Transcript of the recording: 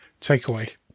Takeaway